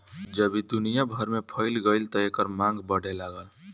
जब ई दुनिया भर में फइल गईल त एकर मांग बढ़े लागल